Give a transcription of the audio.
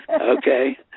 okay